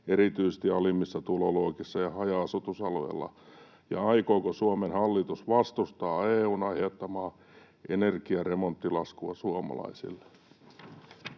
erityisesti alimmissa tuloluokissa ja haja-asutusalueilla, ja aikooko Suomen hallitus vastustaa EU:n aiheuttamaa energiaremonttilaskua suomalaisille.